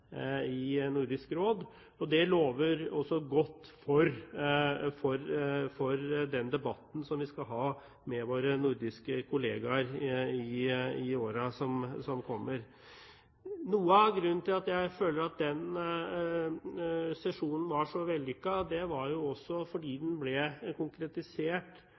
i Nordisk Råd. Det lover også godt for den debatten vi skal ha med våre nordiske kollegaer i årene som kommer. Noe av grunnen til at jeg føler at den sesjonen var så vellykket, er at det på sesjonen var en del enkeltsaker som ble konkretisert